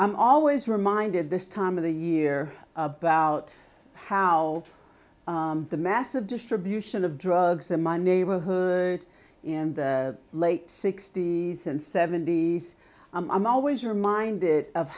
i'm always reminded this time of the year about how the massive distribution of drugs in my neighborhood in the late sixty's and seventy's i'm always reminded of